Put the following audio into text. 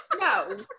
no